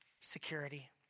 security